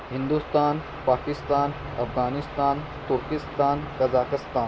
Hindustan Pakistan Afghanistan Turkestan Kazakhstan